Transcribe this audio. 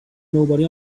nobody